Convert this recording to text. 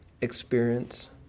experience